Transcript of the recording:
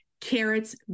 carrots